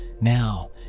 now